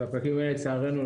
ולצערנו,